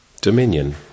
Dominion